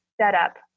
setup